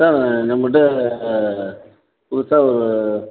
sir நம்மகிட்ட புதுசாக ஒரு